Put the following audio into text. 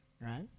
Right